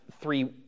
three